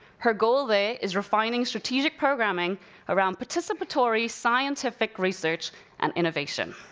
her goal there is refining strategic programming around participatory scientific research and innovation.